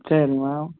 சரி மேம்